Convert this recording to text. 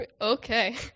Okay